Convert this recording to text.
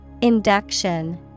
Induction